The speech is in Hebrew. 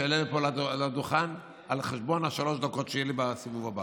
שיעלה לפה לדוכן על חשבון שלוש הדקות שיהיו לי בסיבוב הבא.